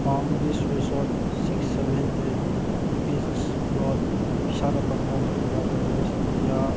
ꯄꯥꯝ beach resort six seven eight beach road Visakhapatnam Andhra Pradesh India